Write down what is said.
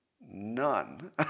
none